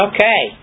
Okay